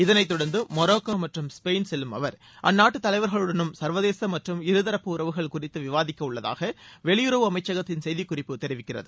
இதனைத் தொடர்ந்து மொராக்கோ மற்றம் ஸ்பெயின் செல்லும் அவர் அந்நாட்டு தலைவர்களுடனும் ள்வதேச மற்றும் இருதரப்பு உறவுகள் குறித்து விவாதிக்க உள்ளதாக வெளியுறவு அமைச்சகத்தின் செய்திக்குறிப்பு தெரிவிக்கிறது